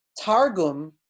Targum